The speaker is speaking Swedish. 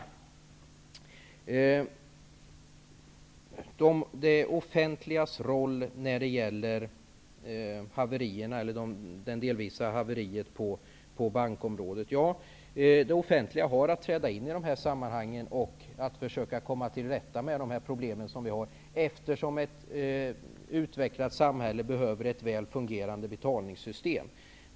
Vad gäller det offentligas roll i haverierna eller det delvisa haveriet på bankområdet vill jag säga att det offentliga har att träda in i dessa sammanhang och försöka komma till rätta med de problem som vi har, eftersom ett utvecklat samhälle behöver ett väl fungerande betalningssystem.